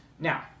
Now